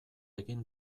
egin